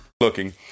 looking